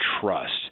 trust